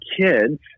kids